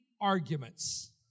arguments